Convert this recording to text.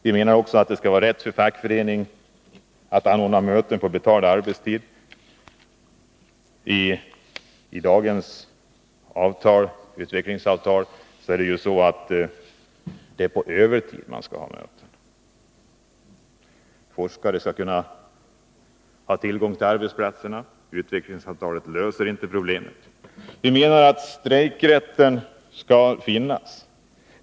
Vi menar också att fackförening skall ha rätt att anordna möten på betald arbetstid. I det nu aktuella utvecklingsavtalet förutsätts att mötena skall hållas på övertid. Vi anser vidare att forskare skall kunna ha tillgång till arbetsplatserna. Utvecklingsavtalet löser inte problemen på det området. Vi menar att strejkrätten skall finnas.